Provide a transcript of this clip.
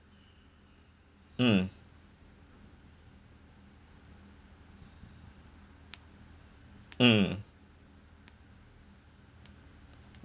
mm mm